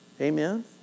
Amen